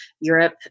Europe